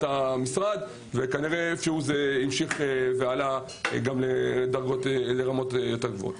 המשרד וכנראה איפשהו זה עלה גם לרמות יותר גבוהות.